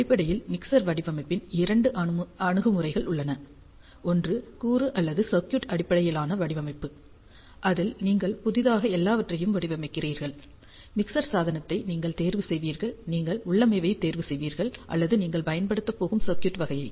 அடிப்படையில் மிக்சர் வடிவமைப்பின் இரண்டு அணுகுமுறைகள் உள்ளன ஒன்று கூறு அல்லது சர்க்யூட் அடிப்படையிலான வடிவமைப்பு அதில் நீங்கள் புதிதாக எல்லாவற்றையும் வடிவமைக்கிறீர்கள் மிக்சர் சாதனத்தை நீங்கள் தேர்வு செய்வீர்கள் நீங்கள் உள்ளமைவை தேர்வு செய்கிறீர்கள் அல்லது நீங்கள் பயன்படுத்தப் போகும் சர்க்யூட் வகையை